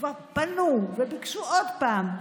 כבר פנו וביקשו עוד פעם,